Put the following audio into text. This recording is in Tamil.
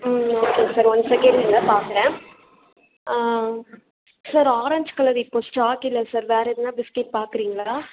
ம் ஓகே சார் ஒன் செகண்ட் இருங்க பார்க்குறேன் சார் ஆரேஞ்ச் கலர் இப்போ ஸ்டாக் இல்லை சார் வேறு எதனா பிஸ்கெட் பார்க்குறிங்களா